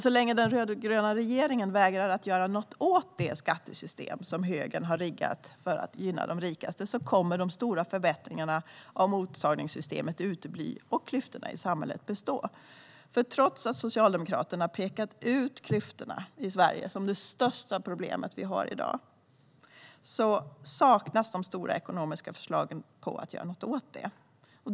Så länge den rödgröna regeringen vägrar att göra någonting åt det skattesystem som högern har riggat för att gynna de rikaste kommer de stora förbättringarna av mottagningssystemet att utebli och klyftorna i samhället att bestå. Trots att Socialdemokraterna pekat ut klyftorna i Sverige som det största problemet vi har i dag saknas de stora ekonomiska förslagen om att göra någonting åt det.